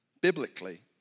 biblically